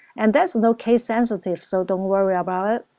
and that is no case sensitive. so don't worry about it.